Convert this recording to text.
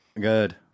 good